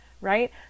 right